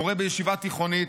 מורה בישיבה תיכונית,